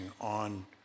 on